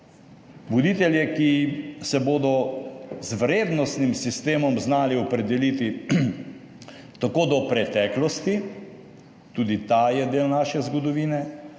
Voditelje, ki se bodo z vrednostnim sistemom znali opredeliti tako do preteklosti, tudi ta je del naše zgodovine,